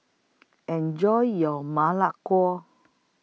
Enjoy your Ma Lai